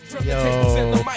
Yo